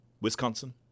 Wisconsin